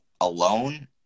alone